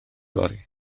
fory